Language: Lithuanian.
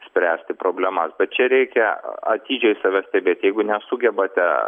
spręsti problemas bet čia reikia atidžiai save stebėt jeigu nesugebate